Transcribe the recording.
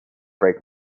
break